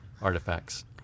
artifacts